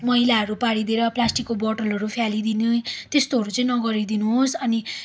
मैलाहरू पारिदिएर प्लास्टिकको बोतलहरू फ्यालिदिने त्यस्तोहरू चाहिँ नगरिदिनु होस् अनि